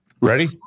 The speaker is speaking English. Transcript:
Ready